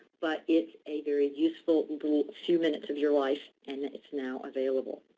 but it's a very useful few minutes of your life, and it's now available.